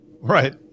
Right